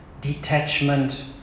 detachment